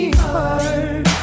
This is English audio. heart